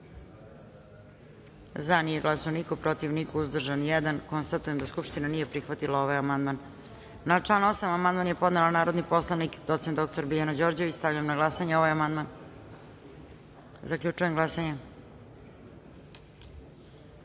glasanje: za – niko, protiv – niko, uzdržan – jedan. Konstatujem da Skupština nije prihvatila ovaj amandman. Na član 8. amandman je podneo narodni poslanik doc. dr Biljana Đorđević. Stavljam na glasanje ovaj amandman. Zaključujem glasanje: